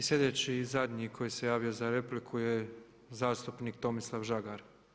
I slijedeći zadnji koji se javio za repliku je zastupnik Tomislav Žagar.